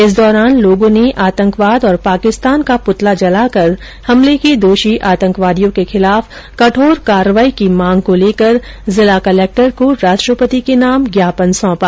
इस दौरान लोगों ने आतंकवाद और पाकिस्तान का पुतला जलाकर हमले के दोषी आतंकवादियों के खिलाफ कठोर कार्यवाही की मांग को लेकर जिला कलेक्टर को राष्ट्रपति के नाम ज्ञापन सौंपा